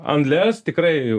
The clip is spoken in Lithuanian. unless tikrai